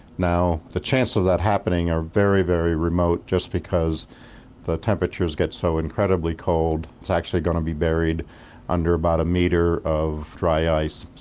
the chances of that happening are very, very remote, just because the temperatures get so incredibly cold it's actually going to be buried under about a metre of dry ice,